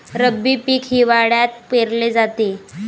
रब्बी पीक हिवाळ्यात पेरले जाते